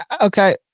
Okay